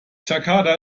jakarta